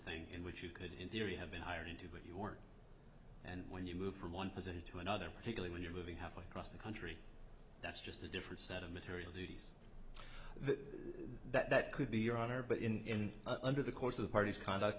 thing in which you could in theory have been hired into but you weren't and when you move from one position to another particularly when you're moving halfway across the country that's just a different set of material duties that could be your honor but in under the course of the party's conduct